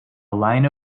line